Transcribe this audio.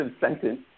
sentence